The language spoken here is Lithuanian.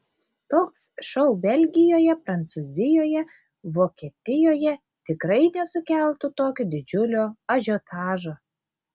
toks šou belgijoje prancūzijoje vokietijoje tikrai nesukeltų tokio didžiulio ažiotažo